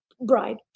bride